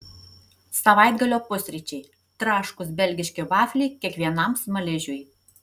savaitgalio pusryčiai traškūs belgiški vafliai kiekvienam smaližiui